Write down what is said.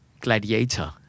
Gladiator